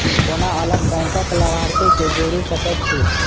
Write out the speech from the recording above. कोना अलग बैंकक लाभार्थी केँ जोड़ी सकैत छी?